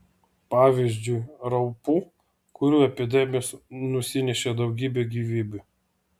pavyzdžiui raupų kurių epidemijos nusinešė daugybę gyvybių